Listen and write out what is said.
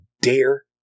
dare